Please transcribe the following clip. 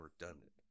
redundant